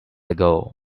ago